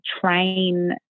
train